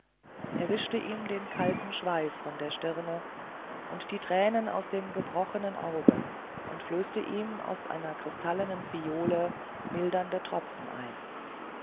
er wischte ihm den kalten schweiß von der stirne und die tränen aus dem gebrochenen auge und flößte ihm aus einer kristallenen phiole mildernde tropfen ein